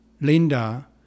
Linda